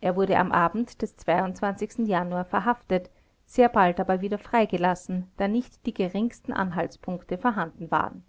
er wurde am abend des januar verhaftet sehr bald aber wieder freigelassen da nicht die geringsten anhaltspunkte vorhanden waren